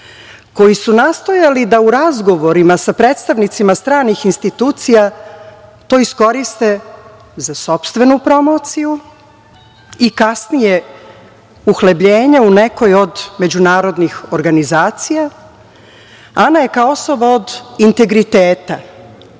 koji su nastojali da u razgovorima sa predstavnicima stranih institucija to iskoriste za sopstvenu promociju i kasnije uhlebljenja u nekoj od međunarodnih organizacija, Ana je kao osoba od integriteta